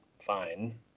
fine